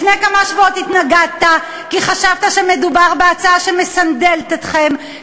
לפני כמה שבועות התנגדת כי חשבת שמדובר בהצעה שמסנדלת אתכם,